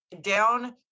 down